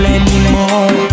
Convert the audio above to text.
anymore